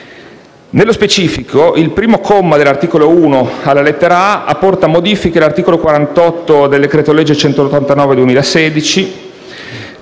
Nello specifico, il primo comma dell'articolo 1, alla lettera *a)*, apporta modifiche all'articolo 48 del decreto-legge n. 189 del 2016,